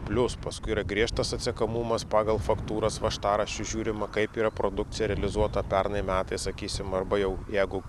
plius paskui yra griežtas atsekamumas pagal faktūras važtaraščius žiūrima kaip yra produkcija realizuota pernai metais sakysim arba jau jeigu